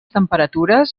temperatures